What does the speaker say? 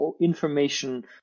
information